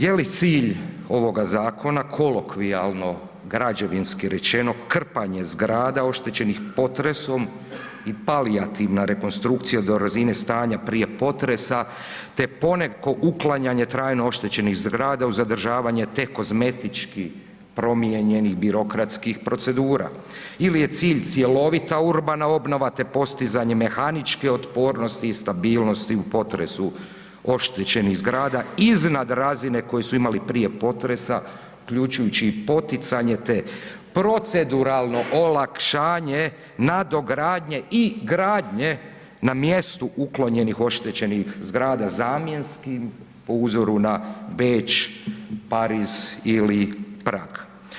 Je li cilj ovoga zakona kolokvijalno građevinski rečeno krpanje zgrada oštećenih potresom i palijativna rekonstrukcija do razine stanja prije potresa te poneko uklanjanje trajno oštećenih zgrada uz zadržavanja te kozmetički promijenjenih birokratskih procedura ili je cilj cjelovita urbana obnova te postizanje mehaničke otpornosti i stabilnosti u potresu oštećenih zgrada iznad razine koje su imali prije potresa, uključujući i poticanje te proceduralno olakšanje nadogradnje i gradnje na mjestu uklonjenih oštećenih zgrada zamjenskim po uzoru na Beč, Pariz ili Prag?